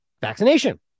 Vaccination